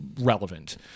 relevant